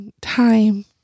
time